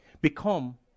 Become